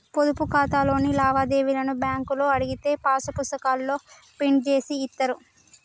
పొదుపు ఖాతాలోని లావాదేవీలను బ్యేంకులో అడిగితే పాసు పుస్తకాల్లో ప్రింట్ జేసి ఇత్తారు